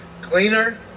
cleaner